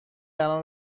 الان